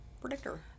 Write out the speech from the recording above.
predictor